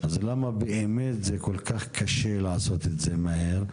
אז למה באמת זה כל כך קשה לעשות את זה מהר?